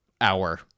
Hour